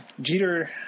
Jeter